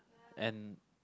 and